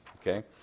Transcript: Okay